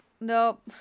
Nope